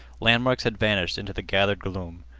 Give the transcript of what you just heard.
landmarks had vanished into the gathered gloom.